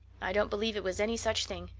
i don't believe it was any such thing.